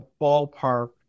ballpark